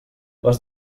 les